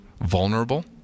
vulnerable